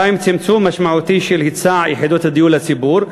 2. צמצום משמעותי של היצע יחידות הדיור לציבור,